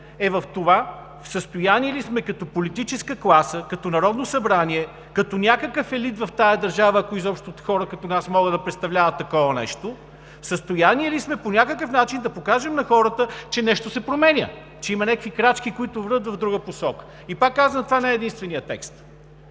е в това – в състояние ли сме като политическа класа, като Народно събрание, като някакъв елит в тази държава, ако изобщо хора като нас могат да представляват такова нещо, в състояние ли сме по някакъв начин да покажем на хората, че нещо се променя, че има някакви крачки, които вървят в друга посока?! Пак казвам, това не е единственият текст.